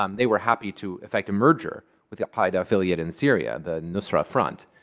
um they were happy to affect a merger with the al qaeda affiliate in syria, the nusra front.